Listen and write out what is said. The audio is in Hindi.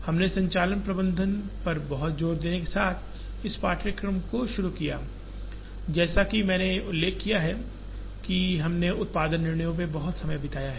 हमने संचालन प्रबंधन पर बहुत जोर देने के साथ इस पाठ्यक्रम को शुरू किया जैसा कि मैंने उल्लेख किया है कि हमने उत्पादन निर्णयों पर बहुत समय बिताया है